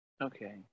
Okay